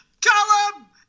Callum